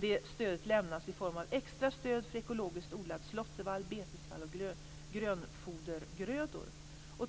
Det stödet lämnas i form av extra stöd för ekologiskt odlad slåttervall, betesvall och grönfodergrödor.